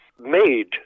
made